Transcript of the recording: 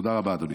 תודה רבה, אדוני.